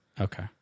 Okay